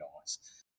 nice